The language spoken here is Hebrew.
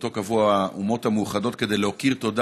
שאותו קבעו האומות המאוחדות כדי להכיר תודה